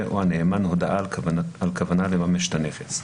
או הנאמן הודעה על כוונה לממש את הנכס.